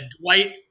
Dwight